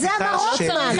את זה אמר רוטמן,